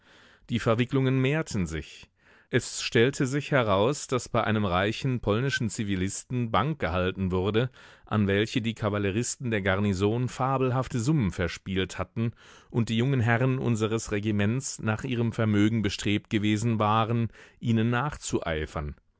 die verwicklungen mehrten sich es stellte sich heraus daß bei einem reichen polnischen zivilisten bank gehalten wurde an welche die kavalleristen der garnison fabelhafte summen verspielt hatten und die jungen herren unseres regiments nach ihrem vermögen bestrebt gewesen waren ihnen nachzueifern